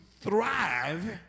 thrive